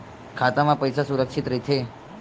खाता मा पईसा सुरक्षित राइथे?